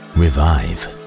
revive